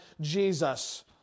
Jesus